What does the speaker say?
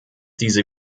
diese